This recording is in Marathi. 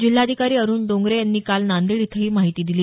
जिल्हाधिकारी अरूण डोंगरे यांनी काल नांदेड इथं ही माहिती दिली